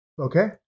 Okay